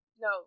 No